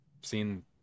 seen